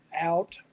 out